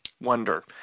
wonder